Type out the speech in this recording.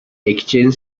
exchanged